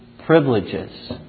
Privileges